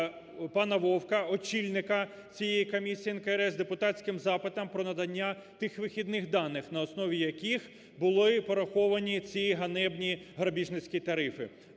пана Вовка, очільника цієї комісії НКРЕ з депутатським запитом про надання тих вихідних даних, на основі яких були пораховані ці ганебні грабіжницькі тарифи.